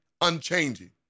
unchanging